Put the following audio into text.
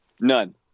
None